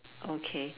okay